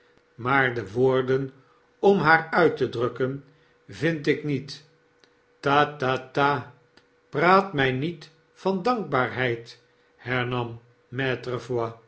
maar de woorden om haar uit te drukken vind ik niet ta-ta-ta i praat mij niet van dankbaarheid hernam